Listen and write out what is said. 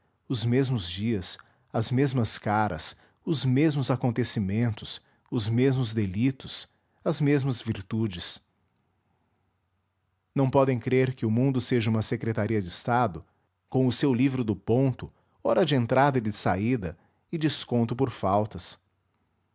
os mesmos dias as mesmas caras os mesmos acontecimentos os mesmos delitos as mesmas virtudes não podem crer que o mundo seja uma secretaria de estado com ó seu livro do ponto hora de entrada e de saída e desconto por faltas